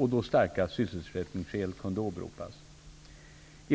och då starka sysselsättningsskäl kunde åberopas.